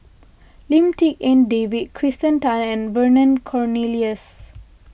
Lim Tik En David Kirsten Tan and Vernon Cornelius